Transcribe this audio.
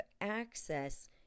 access